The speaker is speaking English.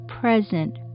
present